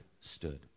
stood